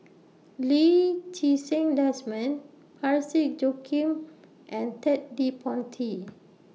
Lee Ti Seng Desmond Parsick Joaquim and Ted De Ponti